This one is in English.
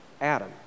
Adam